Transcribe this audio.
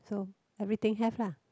so everything have lah